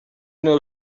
know